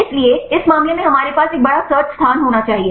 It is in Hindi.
इसलिए इस मामले में हमारे पास एक बड़ा सर्च स्थान होना चाहिए